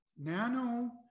Nano